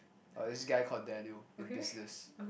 got this guy called Daniel in business